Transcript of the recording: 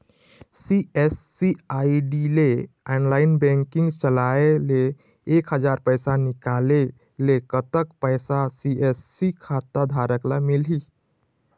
CSC ID ले online banking चलाए ले एक हजार पैसा निकाले ले कतक पैसा सी.एस.सी खाता धारक ला मिलही?